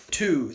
two